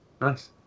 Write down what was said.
Nice